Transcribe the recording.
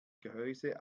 gehäuse